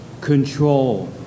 Control